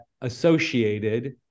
associated